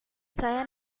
saya